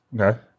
Okay